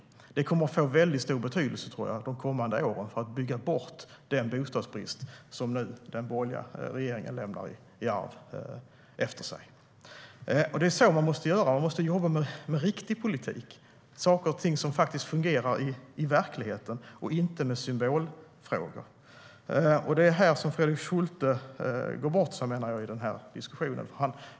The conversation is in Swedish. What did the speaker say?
Detta kommer att få en väldigt stor betydelse under de kommande åren för att bygga bort den bostadsbrist som den borgerliga regeringen lämnade i arv efter sig. Man måste jobba med riktig politik, med saker och ting som fungerar i verkligheten och inte med symbolfrågor. Det är här som Fredrik Schulte irrar bort sig i den här diskussionen.